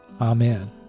Amen